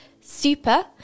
super